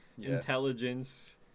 intelligence